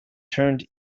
turned